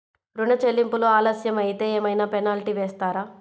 ఋణ చెల్లింపులు ఆలస్యం అయితే ఏమైన పెనాల్టీ వేస్తారా?